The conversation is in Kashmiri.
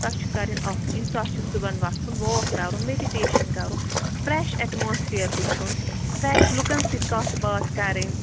تۄہہِ چھُ کَرٕنۍ اَکھ چیٖز تۄہہِ چھُ صُبحَن وۄتھُن واک کَرُن میٚڈِٹیشَن کَرُن فرٛٮ۪ش ایٚٹماسفِیر وُچھُن فرٛٮ۪ش لُکَن سۭتۍ کَتھ باتھ کَرٕنۍ